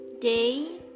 day